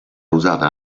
usata